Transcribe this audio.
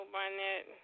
Barnett